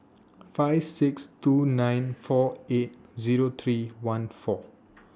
five six two nine four eight Zero three one four